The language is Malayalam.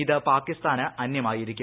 ഇത് പാകിസ്ഥാന് അന്യമായിരിക്കും